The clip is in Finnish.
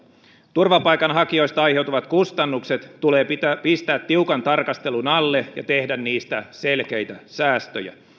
turvapaikanhakijoista aiheutuvat kustannukset tulee pistää tiukan tarkastelun alle ja tehdä niistä selkeitä säästöjä